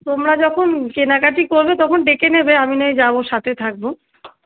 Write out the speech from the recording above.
তোমরা যখন কেনাকাটি করবে তখন ডেকে নেবে আমি নয় যাবো সাথে থাকবো